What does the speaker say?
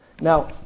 now